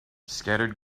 scattered